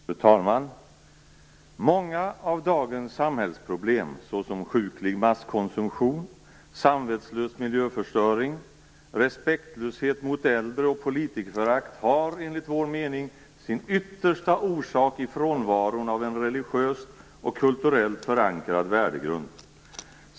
Fru talman! "Många av dagens samhällsproblem, såsom sjuklig masskonsumtion, samvetslös miljöförstöring, respektlöshet mot äldre och politikerförakt har, enligt vår mening, sin yttersta orsak i frånvaron av en religiöst och kulturellt förankrad värdegrund.